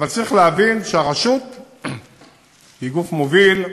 אבל צריך להבין שהרשות היא גוף מוביל,